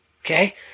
Okay